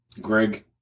Greg